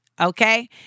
okay